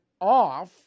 off